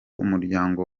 umuryango